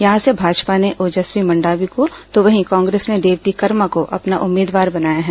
यहां से भाजपा ने ओजस्वी मंडावी को तो वहीं कांग्रेस ने देवती कर्मा को अपना उम्मीदवार बनाया है